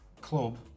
club